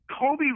Kobe